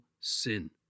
sin